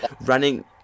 running